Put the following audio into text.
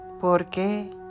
porque